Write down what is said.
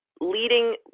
leading